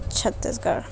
چھتیس گڑھ